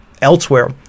Elsewhere